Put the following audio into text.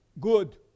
Good